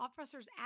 officers